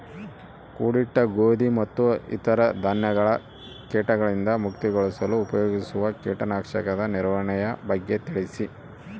ಕೂಡಿಟ್ಟ ಗೋಧಿ ಮತ್ತು ಇತರ ಧಾನ್ಯಗಳ ಕೇಟಗಳಿಂದ ಮುಕ್ತಿಗೊಳಿಸಲು ಉಪಯೋಗಿಸುವ ಕೇಟನಾಶಕದ ನಿರ್ವಹಣೆಯ ಬಗ್ಗೆ ತಿಳಿಸಿ?